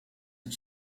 and